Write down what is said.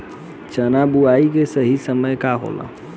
चना बुआई के सही समय का होला?